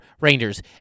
Rangers